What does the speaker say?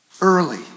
early